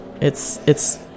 It's—it's